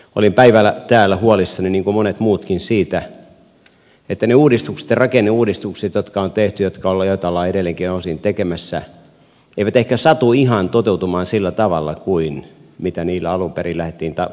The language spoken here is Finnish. olin päivällä täällä huolissani niin kuin monet muutkin siitä että ne uudistukset ja rakenneuudistukset jotka on tehty ja joita ollaan edelleenkin osin tekemässä eivät ehkä satu toteutumaan ihan sillä tavalla kuin mitä niillä alun perin lähdettiin tavoittelemaan ja hakemaan